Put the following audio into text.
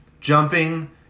jumping